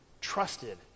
trusted